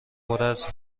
پراز